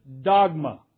dogma